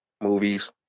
movies